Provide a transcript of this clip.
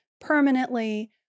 permanently